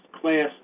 class